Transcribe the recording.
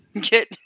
get